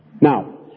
Now